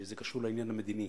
שזה קשור לעניין המדיני.